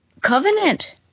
Covenant